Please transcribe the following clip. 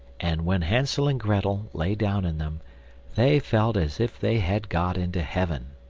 and when hansel and grettel lay down in them they felt as if they had got into heaven.